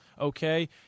okay